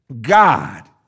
God